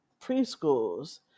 preschools